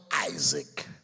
Isaac